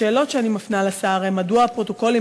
השאלות שאני מפנה לשר הן: מדוע הפרוטוקולים,